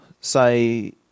say